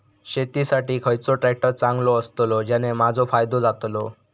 शेती साठी खयचो ट्रॅक्टर चांगलो अस्तलो ज्याने माजो फायदो जातलो?